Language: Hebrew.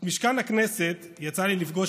את משכן הכנסת יצא לי לפגוש,